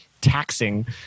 taxing